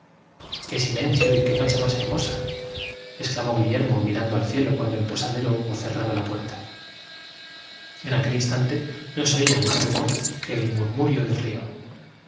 qué silencio y qué noche más hermosa exclamó guillermo mirando al cielo cuando el posadero al llegar aquí el narrador taillefer se bebió un nuevo vaso de agua hubo cerrado la puerta en aquel instante no se oía más rumor que el prósperocontinuó hermannse brindó cortésmente a compar murmurio del río